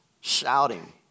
shouting